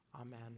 amen